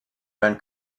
been